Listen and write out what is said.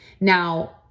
Now